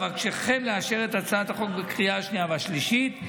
אבקשכם לאשר את הצעת החוק בקריאה השנייה והשלישית.